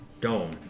dome